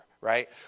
Right